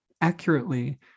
accurately